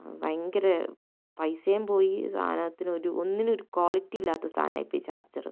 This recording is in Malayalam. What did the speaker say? ഭയങ്കര പൈസയും പോയി സാധനത്തിനൊരു ഒന്നിനൊരു ക്വാളിറ്റി ഇല്ലാത്ത സാധനായിപ്പോയി ചാർജറ്